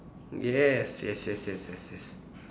yes yes yes yes yes yes